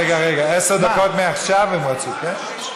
רגע, רגע, עשר דקות מעכשיו הם רצו, כן?